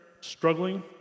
struggling